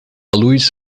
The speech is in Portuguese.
luz